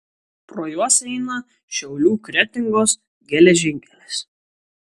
pro juos eina šiaulių kretingos geležinkelis